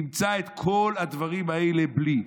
תמצא את כל הדברים האלה בלי.